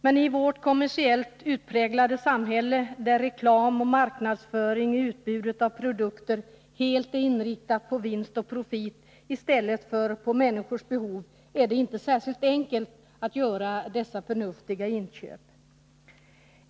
Men i vårt kommersiellt präglade samhälle, där reklam och marknadsföring i utbudet av produkter helt är inriktade på vinst och profit i stället för på människors behov, är det inte särskilt enkelt att göra dessa förnuftiga inköp.